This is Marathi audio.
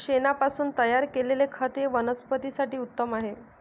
शेणापासून तयार केलेले खत हे वनस्पतीं साठी उत्तम आहे